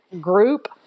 group